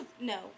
No